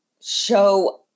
show